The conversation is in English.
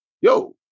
Yo